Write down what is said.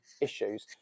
issues